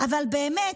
אבל באמת,